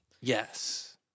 Yes